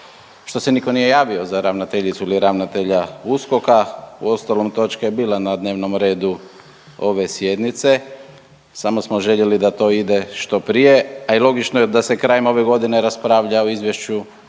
što se nitko nije javio za ravnateljicu ili ravnatelja USKOK-a. Uostalom točka je bila na dnevnom redu ove sjednice, samo smo željeli da to ide što prije a i logično je da se krajem ove godine raspravlja o Izvješću